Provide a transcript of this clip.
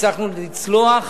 הצלחנו לצלוח